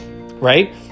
right